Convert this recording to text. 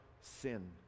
sin